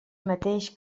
mateix